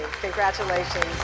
Congratulations